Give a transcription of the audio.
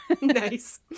nice